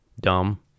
dumb